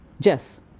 Jess